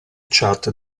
chat